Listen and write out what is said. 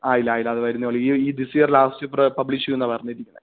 ആയില്ല ആയില്ല അത് വരുന്നേയുള്ളൂ ഈ ദിസ് ഇയർ ലാസ്റ്റ് പബ്ലിഷീയ്യുന്നാ പറഞ്ഞിരിക്കുന്നെ